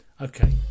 Okay